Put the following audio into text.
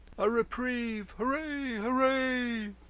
a reprieve! hooray! hooray!